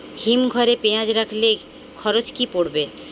হিম ঘরে পেঁয়াজ রাখলে খরচ কি পড়বে?